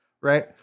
right